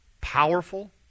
powerful